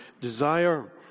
desire